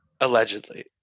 Allegedly